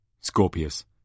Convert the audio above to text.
Scorpius